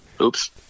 Oops